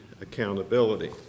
accountability